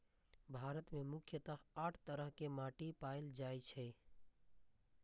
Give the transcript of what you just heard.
भारत मे मुख्यतः आठ तरह के माटि पाएल जाए छै